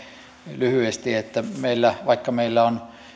lyhyesti vaikka meillä on